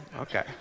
Okay